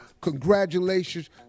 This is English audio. congratulations